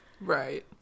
right